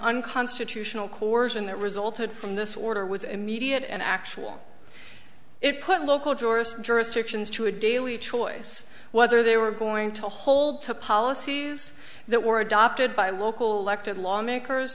unconstitutional cores in that resulted from this order was immediate and actual it put local tourist jurisdictions to a daily choice whether they were going to hold to policies that were adopted by local elected lawmakers